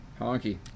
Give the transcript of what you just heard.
Honky